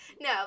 No